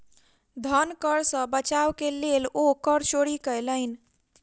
धन कर सॅ बचाव के लेल ओ कर चोरी कयलैन